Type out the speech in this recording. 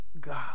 God